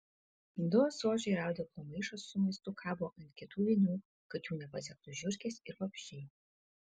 du ąsočiai ir audeklo maišas su maistu kabo ant kitų vinių kad jų nepasiektų žiurkės ir vabzdžiai